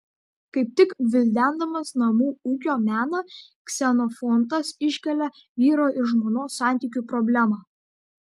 kaip tik gvildendamas namų ūkio meną ksenofontas iškelia vyro ir žmonos santykių problemą